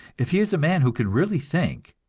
if he is a man who can really think,